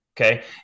Okay